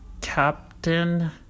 Captain